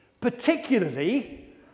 particularly